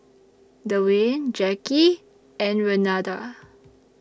Dewayne Jacky and Renada